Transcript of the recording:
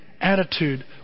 attitude